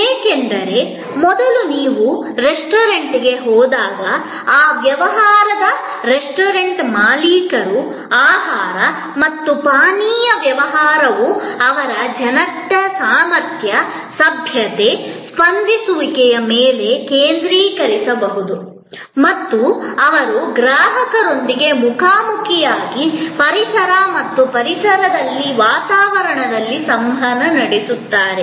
ಏಕೆಂದರೆ ಮೊದಲು ನೀವು ರೆಸ್ಟೋರೆಂಟ್ಗೆ ಹೋದಾಗ ಆ ವ್ಯವಹಾರದ ರೆಸ್ಟೋರೆಂಟ್ ಮಾಲೀಕರು ಆಹಾರ ಮತ್ತು ಪಾನೀಯ ವ್ಯವಹಾರವು ಅವರ ಜನರ ಸಾಮರ್ಥ್ಯ ಸಭ್ಯತೆ ಸ್ಪಂದಿಸುವಿಕೆಯ ಮೇಲೆ ಕೇಂದ್ರೀಕರಿಸಬಹುದು ಮತ್ತು ಅವರು ಗ್ರಾಹಕರೊಂದಿಗೆ ಮುಖಾಮುಖಿಯಾಗಿ ಪರಿಸರ ಮತ್ತು ಪರಿಸರದಲ್ಲಿ ವಾತಾವರಣದಲ್ಲಿ ಸಂವಹನ ನಡೆಸುತ್ತಾರೆ